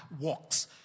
works